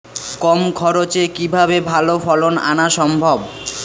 কম খরচে কিভাবে ভালো ফলন আনা সম্ভব?